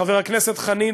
חבר הכנסת חנין,